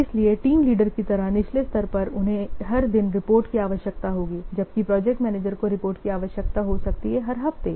इसलिए team leader की तरह निचले स्तर पर उन्हें हर दिन रिपोर्ट की आवश्यकता होगी जबकि प्रोजेक्ट मैनेजर को रिपोर्ट की आवश्यकता हो सकती है हर हफ्ते